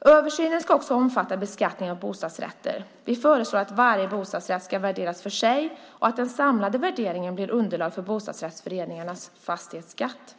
Översynen ska också omfatta beskattning av bostadsrätter. Vi föreslår att varje bostadsrätt ska värderas för sig och att den samlade värderingen blir underlag för bostadsrättsföreningarnas fastighetsskatt.